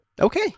Okay